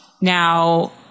Now